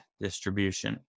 distribution